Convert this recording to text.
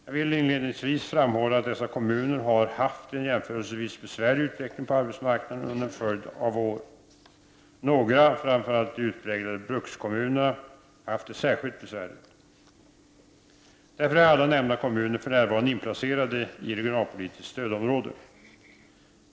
Jag vill inledningsvis framhålla att dessa kommuner har haft en jämförelsevis besvärlig utveckling på arbetsmarknaden under en följd av år. Några, framför allt de utpräglade brukskommunerna, har haft det särskilt besvärligt. Därför är alla nämnda kommuner för närvarande inplacerade i regionalpolitiskt stödområde.